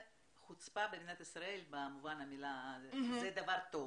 שחוצפה במדינת ישראל במובן החיובי, היא דבר טוב